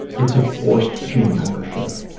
it's a forced gym membership.